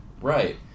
Right